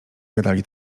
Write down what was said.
gadali